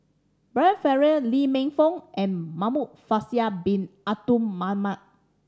Brian Farrell Lee Man Fong and Muhamad Faisal Bin Abdul Manap